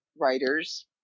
writers